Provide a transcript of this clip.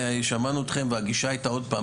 שמענו אותכם והגישה הייתה עוד פעם,